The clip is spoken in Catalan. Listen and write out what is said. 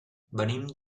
venim